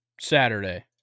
Saturday